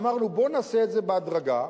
אמרנו: בואו נעשה את זה בהדרגה.